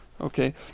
okay